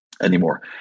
Anymore